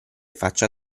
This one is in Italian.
faccia